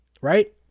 right